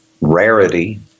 Rarity